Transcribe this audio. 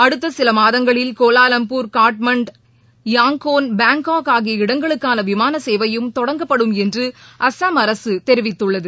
அடுத்த சில மாதங்களில் Kuala Lumpur Kathmandu Yangon Hanoi Bangkok ஆகிய இடங்களுக்கான விமான சேவையும் தொடங்கப்படும் என்று அஸ்ஸாம் அரசு தெரிவித்தள்ளது